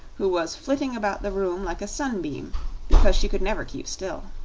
who was flitting about the room like a sunbeam because she could never keep still.